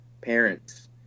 parents